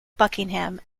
buckingham